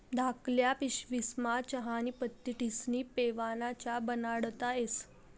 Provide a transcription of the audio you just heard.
धाकल्ल्या पिशवीस्मा चहानी पत्ती ठिस्नी पेवाना च्या बनाडता येस